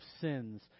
sins